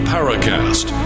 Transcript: Paracast